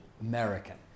American